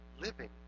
living